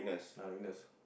ah witness